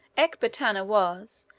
ecbatana was,